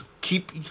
keep